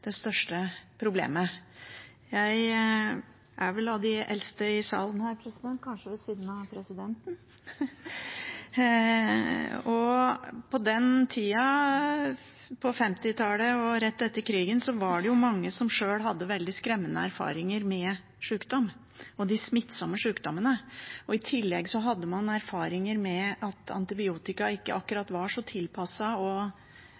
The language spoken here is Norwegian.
det største problemet. Jeg er vel av de eldste i salen her – kanskje ved siden av presidenten – og på den tida, på 1950-tallet og rett etter krigen, var det mange som sjøl hadde veldig skremmende erfaringer med sykdom og de smittsomme sykdommene. I tillegg hadde man erfaringer med at antibiotika ikke akkurat var så tilpasset og